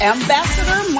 Ambassador